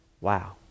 wow